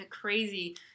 crazy